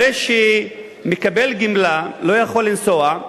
הרי מקבל גמלה לא יכול לנסוע,